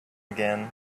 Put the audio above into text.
again